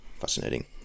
fascinating